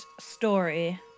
story